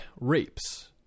rapes